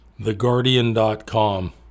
theguardian.com